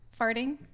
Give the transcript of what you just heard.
farting